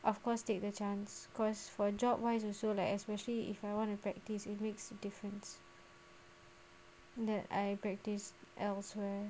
of course take the chance cause for job wise also like especially if I want to practise it makes a difference that I practice elsewhere